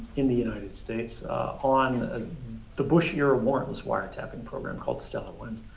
in the united states on ah the bush year warrantless wiretapping program called stellar wind.